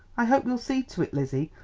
i hope you'll see to it, lizzie,